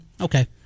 Okay